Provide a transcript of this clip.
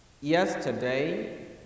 yesterday